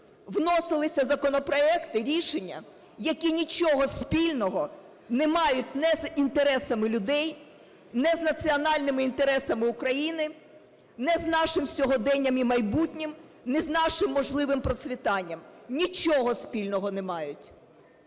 вносилися законопроекти, рішення, які нічого спільного не мають ні з інтересами людей, ні з національними інтересами України, ні з нашим сьогоденням і майбутнім, ні з нашим можливим процвітанням – нічого спільного не мають.